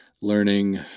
learning